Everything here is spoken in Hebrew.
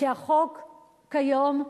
שהחוק כיום,